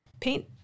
paint